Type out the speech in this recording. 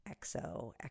XO